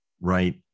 right